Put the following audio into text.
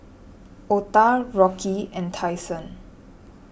Octa Rocky and Tyson